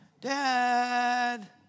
Dad